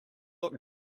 look